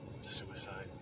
suicide